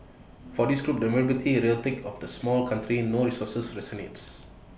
for this group the vulnerability rhetoric of small country no resources resonates